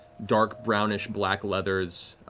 dark brownish-black leathers,